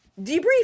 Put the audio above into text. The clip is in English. debrief